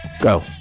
Go